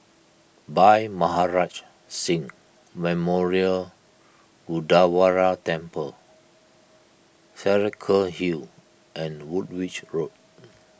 Bhai Maharaj Singh Memorial Gurdwara Temple Saraca Hill and Woolwich Road